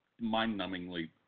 mind-numbingly